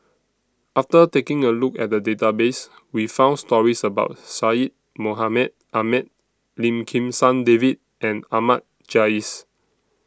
after taking A Look At The Database We found stories about Syed Mohamed Ahmed Lim Kim San David and Ahmad Jais